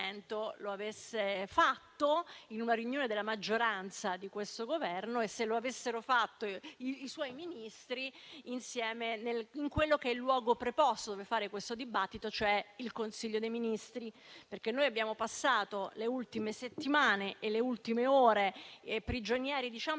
lo avesse fatto in una riunione della maggioranza di Governo e se lo avessero fatto i suoi Ministri in quello che è il luogo preposto per fare questo dibattito, cioè il Consiglio dei ministri. Noi abbiamo passato le ultime settimane e le ultime ore prigionieri in